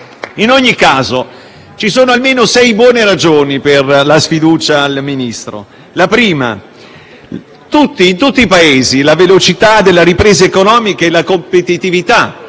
In ogni caso ci sono almeno sei buone ragioni per la sfiducia al Ministro. La prima è che in tutti i Paesi, come anche in Italia, la velocità della ripresa economica e la competitività